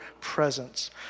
presence